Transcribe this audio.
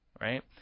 right